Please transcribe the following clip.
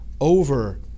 over